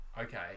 Okay